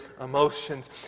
emotions